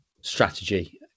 strategy